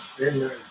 Amen